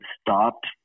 stopped